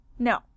No